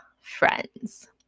friends